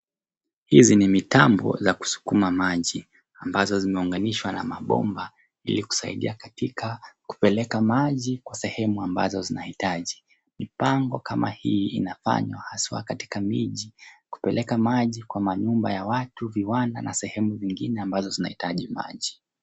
Hizi ni mitambo za kusukuma maji ambazo zimeuganishwa na mabobamba ili kusaidia katika kupeleka maji kwa sehemu ambazo zinahitaji. Mipango kama hii inafanywa hasa katika miji kupeleka maji kwa manyumba ya watu, viwanda na sehemu nyengine ambazo zinahitaji maji.